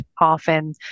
often